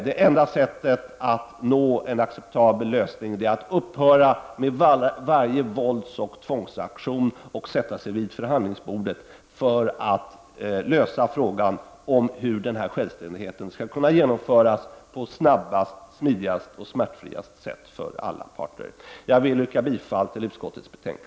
Det enda sättet att nå en acceptabel lösning är att upphöra med varje våldsoch tvångsaktion och sätta sig vid förhandlingsbordet för att lösa frågan om hur självständigheten skall kunna genomföras på snabbaste, smidigaste och smärtfriaste sätt för alla parter. Jag vill yrka bifall till utskottets hemställan.